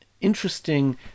interesting